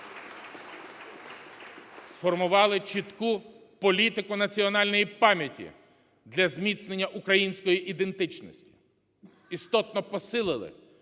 Сформували чітку політику національної пам'яті для зміцнення української ідентичності. Істотно посилили